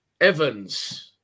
Evans